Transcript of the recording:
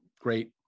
great